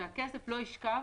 שהכסף לא ישכב